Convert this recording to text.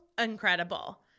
incredible